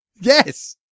Yes